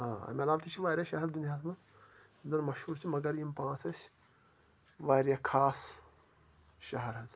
آ اَمہِ علاوٕ تہِ چھِ واریاہ شَہر دُنیاہَس منٛز یِم زَن مشہوٗر چھِ مگر یِم پانٛژھ ٲسۍ واریاہ خاص شَہر حظ